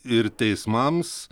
ir teismams